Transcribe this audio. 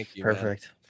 Perfect